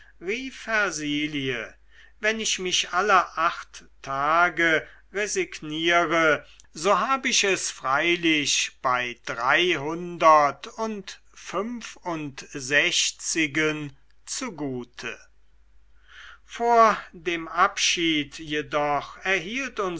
wenn ich mich alle acht tage resigniere so hab ich es freilich bei dreihundertundfünfundsechzigen zugute vor dem abschiede jedoch erhielt